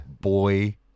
Boy